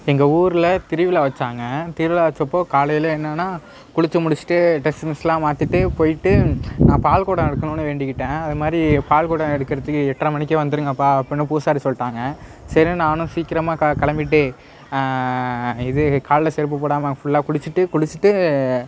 எங்கள் ஊரில் திருவிழா வைச்சாங்க திருவிழா வைச்சப்போ காலையில் என்னென்னா குளித்து முடிச்சுட்டு ட்ரெஸ் கிஸ்லாம் மாற்றிட்டு போய்விட்டு நான் பால்குடம் எடுக்கணுன்னு வேண்டிக்கிட்டேன் அதே மாதிரி பால்குடம் எடுக்கிறதுக்கு எட்ரை மணிக்கே வந்திருங்கப்பா அப்புடின்னு பூசாரி சொல்லிட்டாங்க சரின்னு நானும் சீக்கிரமா க கிளம்பிட்டு இது காலில் செருப்பு போடாமல் ஃபுல்லாக குளிச்சுட்டு குளிச்சுட்டு